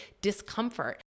discomfort